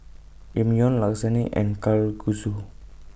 Ramyeon Lasagne and Kalguksu